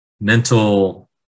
mental